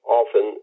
often